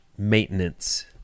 maintenance